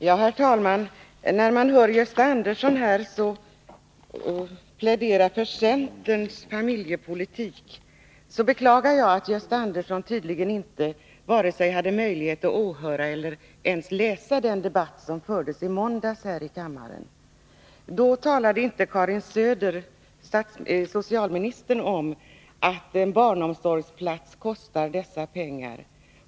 Herr talman! När jag har hört Gösta Andersson plädera för centerns familjepolitik beklagar jag att han tydligen inte haft möjlighet vare sig att lyssna till den debatt som fördes här i kammaren i måndags eller att läsa den i efterhand. Då talade inte Karin Söder, socialministern, om att en barnomsorgsplats kostar de belopp som nu nämnts.